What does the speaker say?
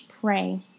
pray